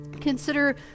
consider